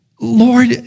Lord